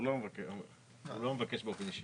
הוא לא המבקש באופן אישי.